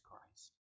Christ